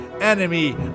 enemy